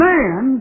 Man